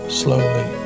slowly